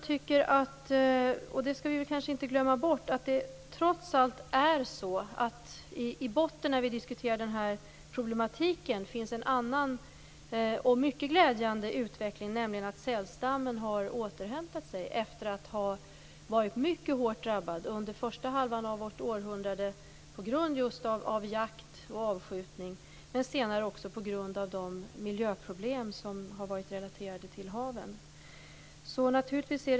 Vi skall kanske inte glömma bort när vi diskuterar den här problematiken att det i botten trots allt finns en annan och mycket glädjande utveckling, nämligen att sälstammen har återhämtat sig efter att ha varit mycket hårt drabbad under första halvan av vårt århundrade på grund just av jakt och avskjutning, men senare också på grund av de miljöproblem som har varit relaterade till haven.